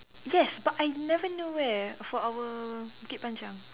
yes but I never know where for our Bukit-Panjang